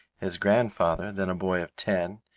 his grandfather, then a boy of ten,